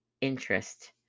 interest